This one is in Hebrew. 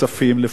לפעמים,